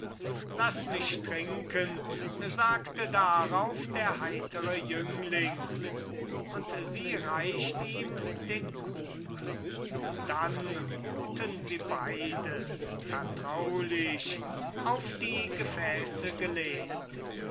laß mich trinken sagte darauf der heitere jüngling und sie reicht ihm den krug dann ruhten sie beide vertraulich auf die gefäße gelehnt